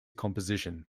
composition